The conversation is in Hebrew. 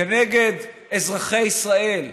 כנגד אזרחי ישראל,